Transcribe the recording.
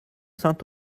saint